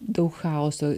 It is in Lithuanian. daug chaoso